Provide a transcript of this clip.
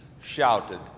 shouted